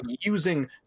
using